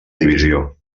divisió